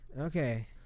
okay